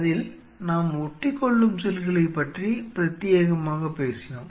அதில் நாம் ஒட்டிக்கொள்ளும் செல்களைப் பற்றி பிரத்தியேகமாகப் பேசினோம்